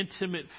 intimate